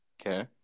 Okay